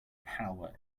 power